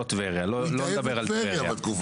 לא נדבר על טבריה.